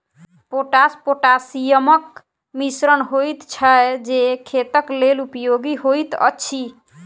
potash पोटासियमक मिश्रण होइत छै जे खेतक लेल उपयोगी होइत अछि